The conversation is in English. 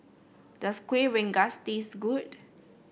does Kueh Rengas taste good